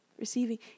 receiving